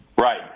Right